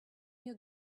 your